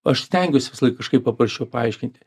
aš stengiuosi visąlaik kažkaip paprasčiau paaiškinti